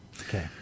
okay